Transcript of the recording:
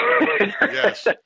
Yes